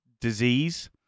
disease